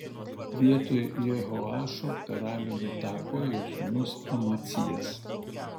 vietoj jehoašo karaliumi tapo jo sūnus amacijas